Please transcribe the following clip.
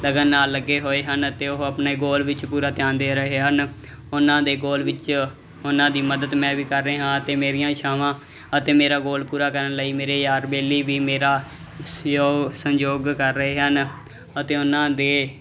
ਲਗਨ ਨਾਲ ਲੱਗੇ ਹੋਏ ਹਨ ਅਤੇ ਉਹ ਆਪਣੇ ਗੋਲ ਵਿੱਚ ਪੂਰਾ ਧਿਆਨ ਦੇ ਰਹੇ ਹਨ ਉਹਨਾਂ ਦੇ ਗੋਲ ਵਿੱਚ ਉਹਨਾਂ ਦੀ ਮਦਦ ਮੈਂ ਵੀ ਕਰ ਰਿਹਾ ਤੇ ਮੇਰੀਆਂ ਇੱਛਾਵਾਂ ਅਤੇ ਮੇਰਾ ਗੋਲ ਪੂਰਾ ਕਰਨ ਲਈ ਮੇਰੇ ਯਾਰ ਬੇਲੀ ਵੀ ਮੇਰਾ ਸਹਿਯੋ ਸਹਿਯੋਗ ਕਰ ਰਹੇ ਹਨ ਅਤੇ ਉਹਨਾਂ ਦੇ